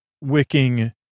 wicking